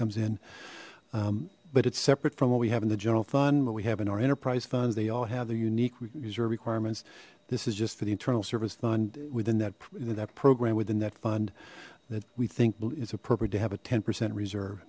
comes in but it's separate from what we have in the general fund what we have in our enterprise funds they all have their unique reserve requirements this is just for the internal service fund within that than that program within that fund that we think is a propria to have a ten percent reserve